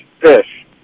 fish